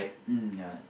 mm ya